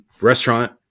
restaurant